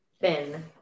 thin